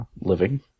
living